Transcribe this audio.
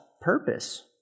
purpose